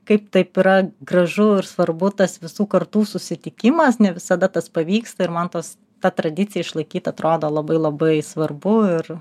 kaip taip yra gražu ir svarbu tas visų kartų susitikimas ne visada tas pavyksta ir man tos tą tradiciją išlaikyt atrodo labai labai svarbu ir